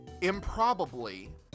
improbably